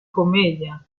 commedia